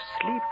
Sleep